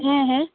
ᱦᱮᱸ ᱦᱮᱸ